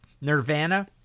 nirvana